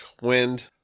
wind